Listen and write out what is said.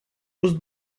was